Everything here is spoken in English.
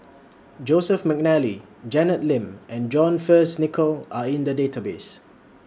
Joseph Mcnally Janet Lim and John Fearns Nicoll Are in The Database